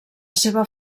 seva